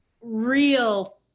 real